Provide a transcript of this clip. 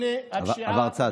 בארגוני הפשיעה, הוא עבר צד.